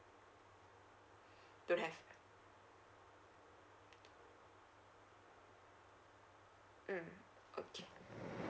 don't have mm okay